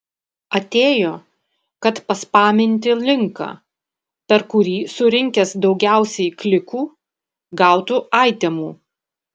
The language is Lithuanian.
atėjo kad paspaminti linką per kurį surinkęs daugiausiai klikų gautų aitemų